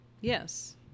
Yes